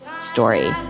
story